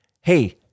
hey